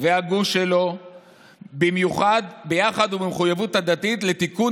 והגוש שלו "ביחד ובמחויבות הדדית לתיקון